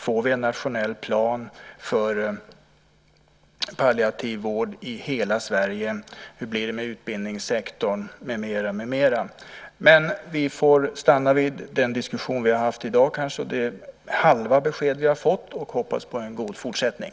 Får vi en nationell plan för palliativ vård i hela Sverige? Hur blir det med utbildningssektorn, med mera? Vi får stanna vid den diskussion vi har haft i dag och det halva besked som vi fått och hoppas på en god fortsättning.